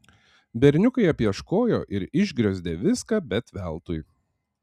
berniukai apieškojo ir išgriozdė viską bet veltui